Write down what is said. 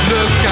Look